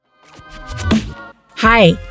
Hi